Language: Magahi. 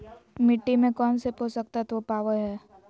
मिट्टी में कौन से पोषक तत्व पावय हैय?